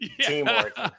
teamwork